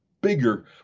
bigger